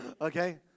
okay